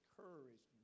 courage